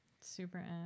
Super